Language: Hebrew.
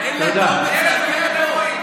איפה אילת שקד?